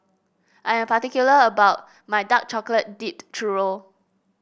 I am particular about my Dark Chocolate Dipped Churro